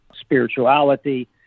spirituality